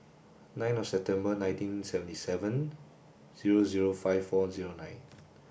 nine of September nineteen seventy seven zero zero five four zero nine